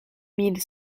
mille